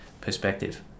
perspective